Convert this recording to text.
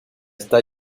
está